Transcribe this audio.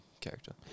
character